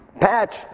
patch